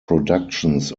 productions